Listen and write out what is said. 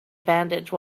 bandage